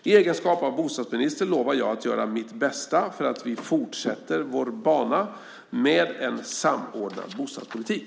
I egenskap av bostadsminister lovar jag att göra mitt bästa för att vi fortsätter vår bana med en samordnad bostadspolitik.